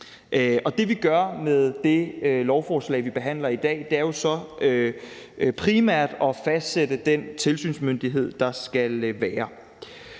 Det, vi gør med det lovforslag, vi behandler i dag, er jo så primært at fastsætte den tilsynsmyndighed, der skal være.